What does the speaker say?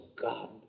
God